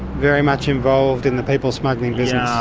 very much involved in the people smuggling business.